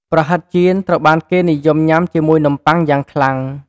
ប្រហិតចៀនត្រូវបានគេនិយមញ៉ាំជាមួយនំប៉ុងយ៉ាងខ្លាំង។